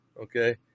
okay